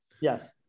yes